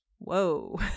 Whoa